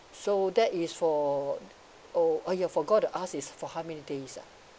so that is for oh yeah forgot to ask is for how many days ah